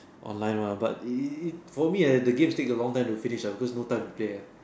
online mah but it it it for me ah the games takes a long time to finish because no time to play ah